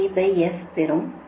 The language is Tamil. எனவே 2